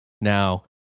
Now